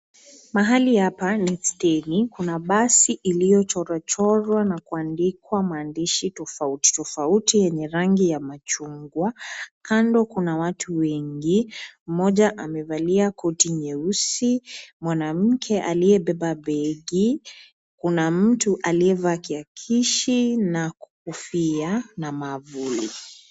Mahali hapa ni stegi kuna mabasi iliochorwa chorwa na kuandikwa maandishi tofouti tofouti yenye rangi ya kijani ya machungwa. Kando kuna watu wengi moja amevalia koti nyeusi mwanamke aliyebeba begi, kuna mtu aliyevaa kiakishi na kofia na mwavuli.